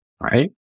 Right